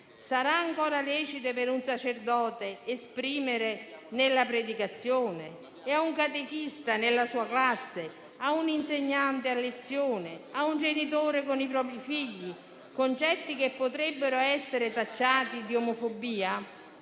Sarà ancora lecito per un sacerdote esprimere nella predicazione, a un catechista nella sua classe, a un insegnante a lezione, a un genitore con i propri figli concetti che potrebbero essere tacciati di omofobia?